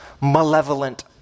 malevolent